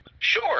Sure